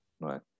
right